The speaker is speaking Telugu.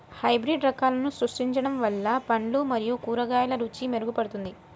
హైబ్రిడ్ రకాలను సృష్టించడం వల్ల పండ్లు మరియు కూరగాయల రుచి మెరుగుపడుతుంది